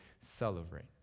celebrate